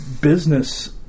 business